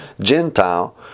Gentile